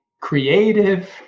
creative